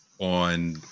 on